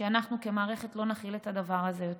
שאנחנו במערכת לא נכיל את הדבר הזה יותר.